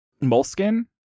Moleskin